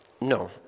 No